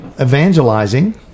evangelizing